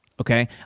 okay